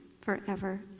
forever